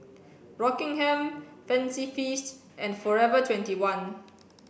Rockingham Fancy Feast and Forever twenty one